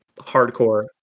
hardcore